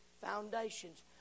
foundations